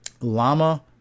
Llama